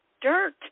Dirt